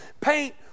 paint